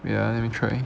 wait ah let me try